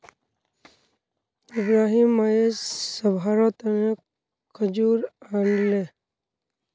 इब्राहिम अयेज सभारो तने खजूर आनले